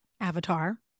Avatar